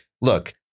look